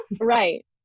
Right